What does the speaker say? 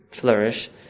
flourish